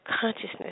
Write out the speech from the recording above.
consciousness